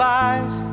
lies